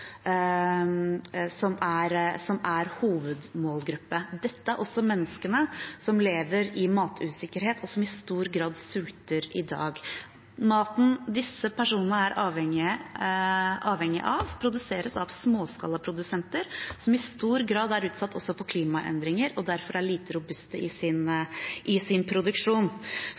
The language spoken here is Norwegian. som er hovedmålgruppe. Dette er også menneskene som lever i matusikkerhet, og som i stor grad sulter i dag. Maten disse personene er avhengige av, produseres av småskalaprodusenter, som i stor grad er utsatt også for klimaendringer, og derfor er lite robuste i sin produksjon. For å sikre de aller fattigste i